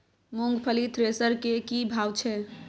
मूंगफली थ्रेसर के की भाव छै?